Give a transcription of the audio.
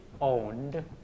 owned